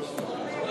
לא.